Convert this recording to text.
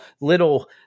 little